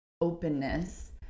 openness